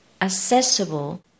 accessible